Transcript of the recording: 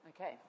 okay